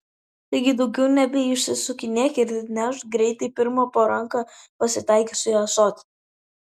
taigi daugiau nebeišsisukinėk ir nešk greitai pirmą po ranka pasitaikiusį ąsotį